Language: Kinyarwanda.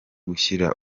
gushyira